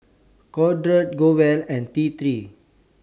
Kordel's Growell and T three